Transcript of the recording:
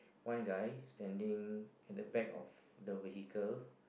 one guy standing at the back of the vehicle